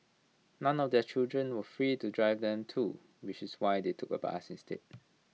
none of their children were free to drive them too which was why they took A bus instead